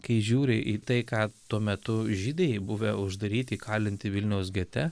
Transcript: kai žiūri į tai ką tuo metu žydai buvę uždaryti įkalinti vilniaus gete